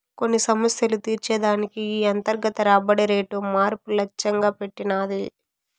కొన్ని సమస్యలు తీర్చే దానికి ఈ అంతర్గత రాబడి రేటు మార్పు లచ్చెంగా పెట్టినది